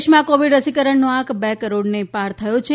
દેશમાં કોવિડ રસીકરણનો આંક બે કરોડને પાર થયો છે